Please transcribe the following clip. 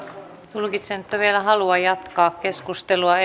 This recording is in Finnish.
tulkitsen että on vielä halua jatkaa keskustelua